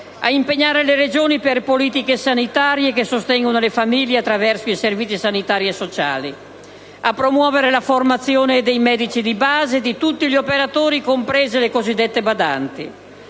a impegnare le Regioni in politiche sanitarie che sostengono le famiglie attraverso i servizi sanitari e sociali; a promuovere la formazione dei medici di base, di tutti gli operatori, comprese le cosiddette badanti;